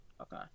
Okay